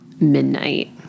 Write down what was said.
midnight